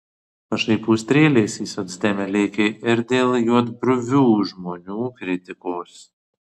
pašaipų strėlės į socdemę lėkė ir dėl juodbruvių žmonių kritikos